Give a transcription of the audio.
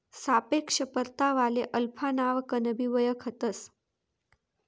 सापेक्ष परतावाले अल्फा नावकनबी वयखतंस